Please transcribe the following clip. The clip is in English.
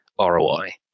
ROI